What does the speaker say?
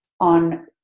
on